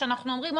שאנחנו אומרים,